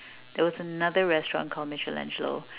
there was another restaurant called Michelangelo